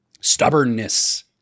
Stubbornness